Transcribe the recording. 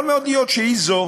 יכול מאוד להיות שהיא זו